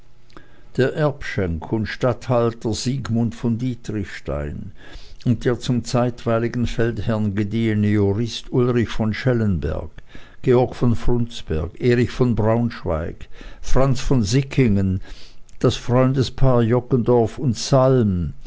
der erbschenk und statthalter siegmund von dietrichstein und der zum zeitweiligen feldherrn gediehene jurist ulrich von schellenberg georg von frundsberg erich von braunschweig franz von sickingen das freundespaar roggendorf und salm